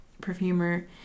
perfumer